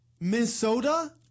Minnesota